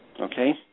okay